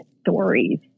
stories